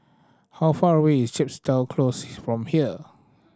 how far away is Chepstow Close from here